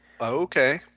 Okay